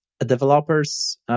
developers